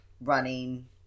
running